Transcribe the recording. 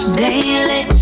daily